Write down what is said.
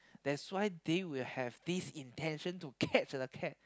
that's why they will have this intention to catch the cat